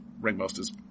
Ringmaster's